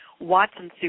Watson